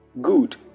good